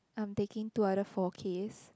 I'm taking two other four Ks